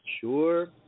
sure